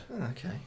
Okay